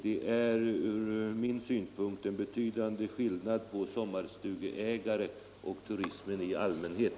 Det är enligt min uppfattning en väsentlig skillnad mellan sommarstugeägare och turismen i allmänhet.